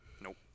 Nope